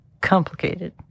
complicated